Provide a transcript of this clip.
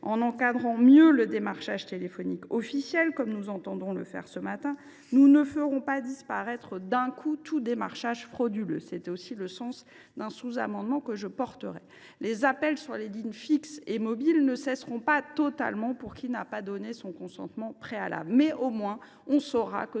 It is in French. en encadrant mieux le démarchage téléphonique « officiel », comme nous entendons le faire ce matin, nous ne ferons pas disparaître d’un coup tout démarchage frauduleux – j’ai d’ailleurs déposé un sous amendement sur cette question. Les appels sur les lignes fixes et mobiles ne cesseront pas totalement pour qui n’a pas donné son consentement préalable, mais au moins l’on saura que,